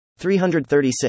336